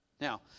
Now